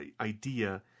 idea